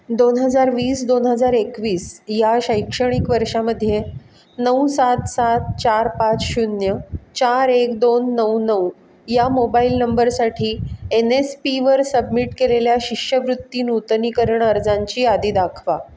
दोन हजार वीस दोन हजार एकवीस या शैक्षणिक वर्षामध्ये नऊ सात सात चार पाच शून्य चार एक दोन नऊ नऊ या मोबाईल नंबरसाठी एन एस पीवर सबमिट केलेल्या शिष्यवृत्ती नूतनीकरण अर्जांची यादी दाखवा